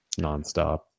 nonstop